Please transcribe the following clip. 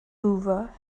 hoover